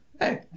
Hey